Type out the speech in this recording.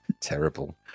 Terrible